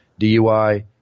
DUI